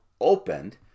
opened